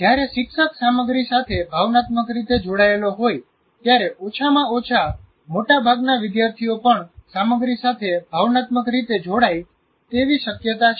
જ્યારે શિક્ષક સામગ્રી સાથે ભાવનાત્મક રીતે જોડાયેલો હોય ત્યારે ઓછામાં ઓછા મોટાભાગના વિદ્યાર્થીઓ પણ સામગ્રી સાથે ભાવનાત્મક રીતે જોડાય તેવી શક્યતા છે